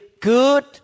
good